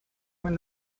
when